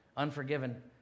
Unforgiven